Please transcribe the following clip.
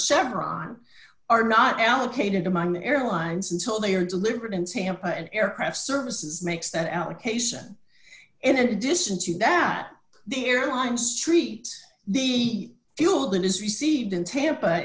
several on are not allocated among airlines until they are delivered in sampa and aircraft services makes that allocation in addition to that the airlines treat the fuel that is received in tampa